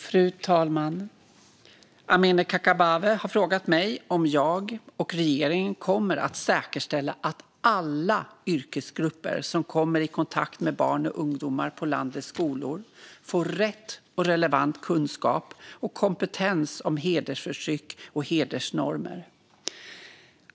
Fru talman! Amineh Kakabaveh har frågat mig om jag och regeringen kommer att säkerställa att alla yrkesgrupper som kommer i kontakt med barn och ungdomar på landets skolor får rätt och relevant kunskap och kompetens om hedersförtryck och hedersnormer.